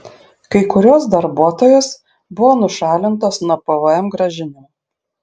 kai kurios darbuotojos buvo nušalintos nuo pvm grąžinimų